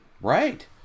Right